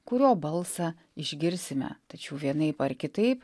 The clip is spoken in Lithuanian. kurio balsą išgirsime tačiau vienaip ar kitaip